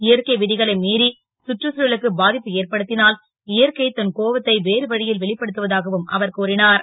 இயற்கை வி களை மீறி சுற்றுச்தழலுக்கு பா ப்பு ஏற்படுத் னால் இயற்கை தன் கோவத்தை வேறு வ ல் வெளிப்படுத்துவதகாவும் என்றார் அவர்